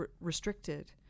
restricted